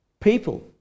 people